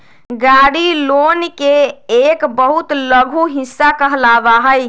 गाड़ी लोन के एक बहुत लघु हिस्सा कहलावा हई